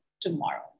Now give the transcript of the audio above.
tomorrow